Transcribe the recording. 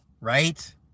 Right